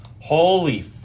Holy